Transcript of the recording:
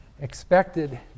expected